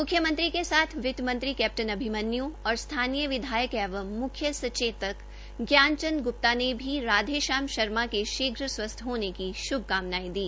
मुख्यमंत्री के साथ वित मंत्री कैप्टन अभिमन्य् और स्थानीय विधायक एवं म्ख्य सचेतक ज्ञानचंद ग्प्ता ने भी राधे श्याम शर्मा के शीघ्र स्वस्थ होने की श्भकामनायें दी